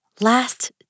Last